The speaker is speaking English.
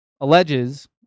alleges